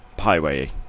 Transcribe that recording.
highway